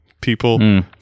People